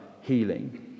healing